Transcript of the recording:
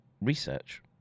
research